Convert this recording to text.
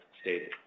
stated